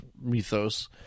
mythos